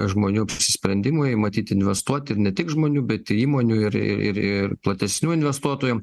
žmonių apsisprendimui matyt investuot ir ne tik žmonių bet įmonių ir ir ir platesnių investuotojam